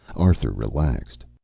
arthur relaxed.